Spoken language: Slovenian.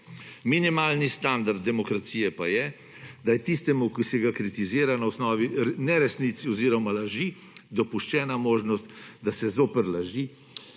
Minimalni standard demokracije pa je, da je tistemu, ko se ga kritizira na osnovi neresnic oziroma laži, dopuščena možnost, da se zoper laži,